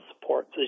supports